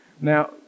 Now